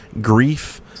grief